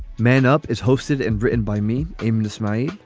man up is hosted in britain by me. amos smile.